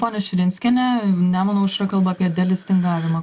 ponia širinskiene nemuno aušra kalba kad delistingavimą